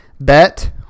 Bet